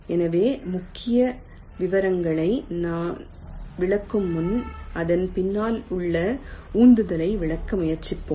எனவே முக்கிய விவரங்களை நான் விளக்கும் முன் அதன் பின்னால் உள்ள உந்துதலை விளக்க முயற்சிப்போம்